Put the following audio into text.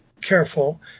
careful